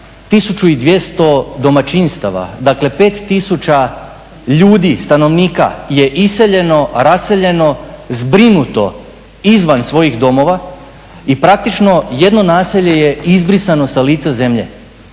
1200 domaćinstava, dakle 5000 ljudi, stanovnika je iseljeno, raseljeno, zbrinuto izvan svojih domova i praktično jedno naselje je izbrisano sa lica zemlje.